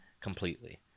completely